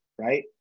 Right